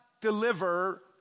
deliver